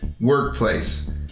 workplace